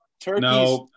Turkey's